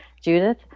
Judith